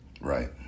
Right